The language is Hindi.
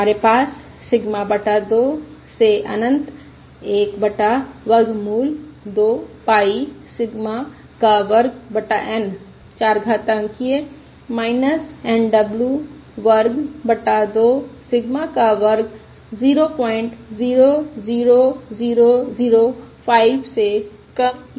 हमारे पास सिग्मा बटा 2 से अनंत 1 बटा वर्गमूल 2 पाई सिग्मा का वर्ग बटा N चरघातांकिय़ Nw वर्ग बटा 2 सिग्मा का वर्ग 000005 से कम या बराबर से है